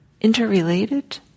interrelated